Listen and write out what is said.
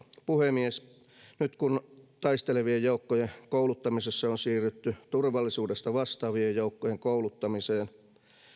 puhemies nyt kun taistelevien joukkojen kouluttamisessa on siirrytty turvallisuudesta vastaavien joukkojen kouluttamiseen